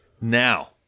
now